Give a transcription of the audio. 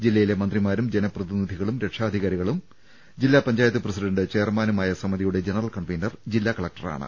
ജില്ലയിലെ മന്ത്രിമാരും ജനപ്രതിനിധികളും രക്ഷാധികാരികളും ജില്ലാപഞ്ചാ യത്ത് പ്രസിഡണ്ട് ചെയർമാനുമായ സമിതിയുടെ ജന റൽ കൺവീനർ ജില്ലാകലക്ടറാണ്